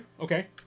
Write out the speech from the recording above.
Okay